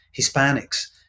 hispanics